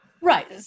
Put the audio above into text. Right